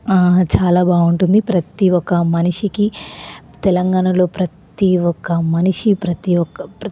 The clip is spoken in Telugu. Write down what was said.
చాలా బాగుంటుంది ప్రతీఒక్క మనిషికి తెలంగాణలో ప్రతీ ఒక్క మనిషి ప్రతీ ఒక్క